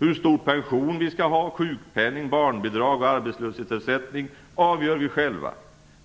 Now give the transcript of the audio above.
Hur stor pension, hur stor sjukpenning, hur stort barnbidrag och hur hög arbetslöshetsersättning vi skall ha avgör vi själva.